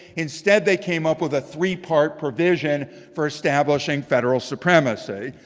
instead they came up with a three-part provision for establishing federal supremacy.